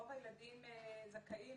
רוב הילדים זכאים